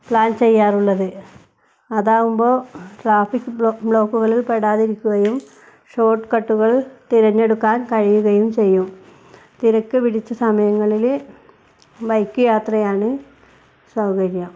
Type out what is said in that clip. plan ചെയ്യാറുള്ളത് അതാകുമ്പോൾ traffic block ബ്ലോക്കുകളിൽ പെടാതിരിക്കുകയും ഷോർട്ട്കട്ടുകൾ തിരഞ്ഞെടുക്കാൻ കഴിയുകയും ചെയ്യും തിരക്ക് പിടിച്ച സമയങ്ങളിൽ ബൈക്ക് യാത്രയാണ് സൗകര്യം